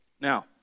Now